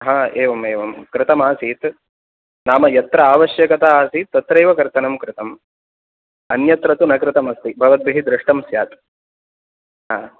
हा एवम् एवं कृतमासीत् नाम यत्र आवश्यकता आसीत् तत्रैव कर्तनं कृतम् अन्यत्र तु न कृतमस्ति भवद्भिः दृष्टं स्यात् हा